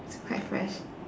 still quite fresh